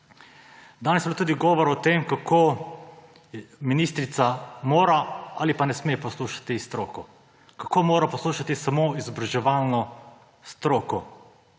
Danes je bilo govora tudi o tem, kako ministrica mora ali pa ne sme poslušati stroke, kako mora poslušati samo izobraževalno stroko.